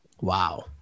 Wow